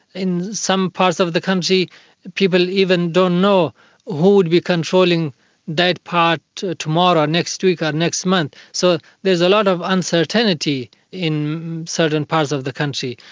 in some parts of the country people even don't know who would be controlling that part tomorrow next week or next month. so there's a lot of uncertainty in certain parts of the country.